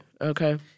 okay